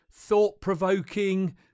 thought-provoking